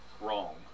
wrong